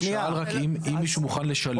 הוא שאל רק אם מישהו מוכן לשלם על זה,